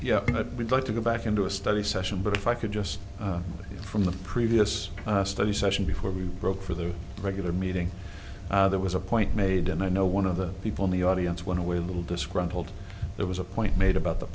would like to go back and do a study session but if i could just from the previous study session before we broke for the regular meeting there was a point made and i know one of the people in the audience went away a little disgruntled there was a point made about the